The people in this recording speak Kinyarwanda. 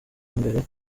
mbere